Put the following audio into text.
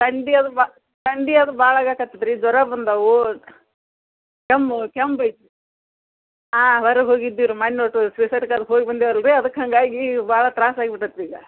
ಥಂಡಿ ಅದು ಬಾ ಥಂಡಿ ಅದು ಭಾಳ ಆಗಕತ್ತದೆ ರೀ ಜ್ವರ ಬಂದವು ಕೆಮ್ಮು ಕೆಮ್ಮು ಐತೆ ಹಾಂ ಹೊರಗೆ ಹೋಗಿದ್ದೀವಿ ರೀ ಹೋಗಿ ಬಂದೆವು ಅಲ್ಲರೀ ಅದಕ್ಕೆ ಹಾಗಾಗಿ ಭಾಳ ತ್ರಾಸು ಆಗ್ಬಿಟದ್ ರೀ ಈಗ